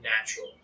natural